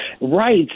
Right